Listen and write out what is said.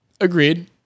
agreed